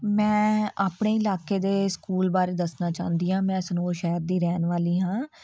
ਮੈਂ ਆਪਣੇ ਇਲਾਕੇ ਦੇ ਸਕੂਲ ਬਾਰੇ ਦੱਸਣਾ ਚਾਹੁੰਦੀ ਹਾਂ ਮੈਂ ਸਨੋ ਸ਼ਹਿਰ ਦੀ ਰਹਿਣ ਵਾਲੀ ਹਾਂ